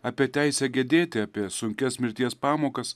apie teisę girdėti apie sunkias mirties pamokas